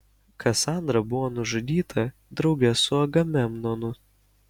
kasandra buvo nužudyta drauge su agamemnonu